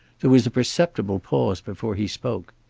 there was a perceptible pause before he spoke.